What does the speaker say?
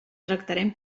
tractarem